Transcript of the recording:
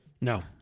no